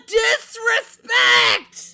disrespect